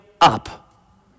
up